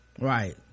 right